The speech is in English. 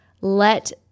let